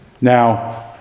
Now